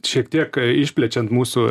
šiek tiek išplečiant mūsų